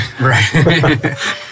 Right